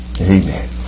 Amen